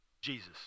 Jesus